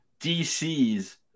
DC's